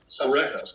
correct